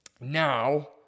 Now